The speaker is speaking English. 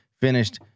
finished